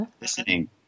listening